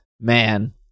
man